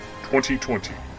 2020